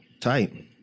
Tight